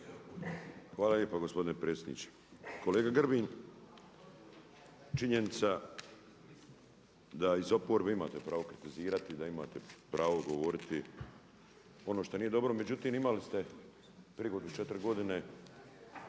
Hvala lijepa gospodine predsjedniče. Kolega Grbin, činjenica da iz oporbe imate pravo kritizirati, da imate pravo govoriti ono što nije dobro, međutim imali ste prigodu 4 godine